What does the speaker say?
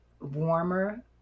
warmer